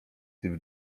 typ